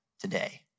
today